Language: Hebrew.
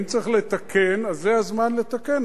אם צריך לתקן, אז זה הזמן לתקן.